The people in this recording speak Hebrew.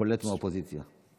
אדוני היושב-ראש,